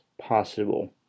possible